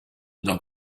dans